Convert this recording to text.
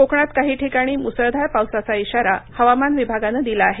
कोकणात काही ठिकाणी मुसळधार पावसाचा इशारा हवामान विभागानं दिला आहे